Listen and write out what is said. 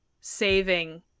saving